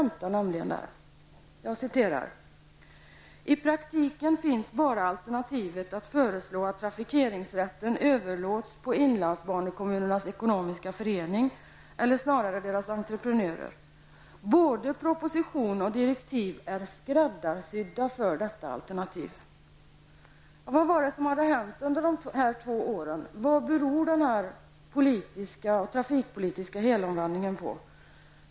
Bill Fransson säger att i praktiken finns bara alternativet att föreslå att trafikeringsrätten överlåts på Inlandskommunerna Ekonomiska Förening, eller snarare dess entreprenörer. Både proposition och direktiv är ''skräddarsydda'' för detta alternativ framhåller Bill Fransson. Men vad har hänt under dessa två år? Vad beror den trafikpolitiska helomvändningen på?